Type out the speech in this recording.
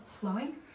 Flowing